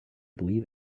believe